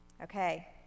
Okay